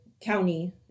county